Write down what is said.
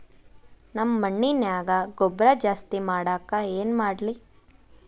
ನಮ್ಮ ಮಣ್ಣಿನ್ಯಾಗ ಗೊಬ್ರಾ ಜಾಸ್ತಿ ಮಾಡಾಕ ಏನ್ ಮಾಡ್ಲಿ?